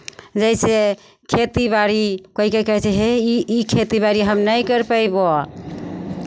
जैसे खेतीबाड़ी कोइ कोइ कहै छै हे ई ई खेतीबाड़ी नहि करि पयबहु